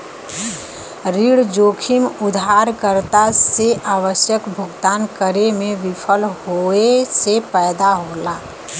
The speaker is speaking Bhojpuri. ऋण जोखिम उधारकर्ता से आवश्यक भुगतान करे में विफल होये से पैदा होला